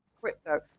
crypto